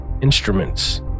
instruments